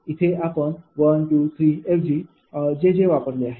इथे आपण 1 2 3 ऐवजी jj वापरले आहे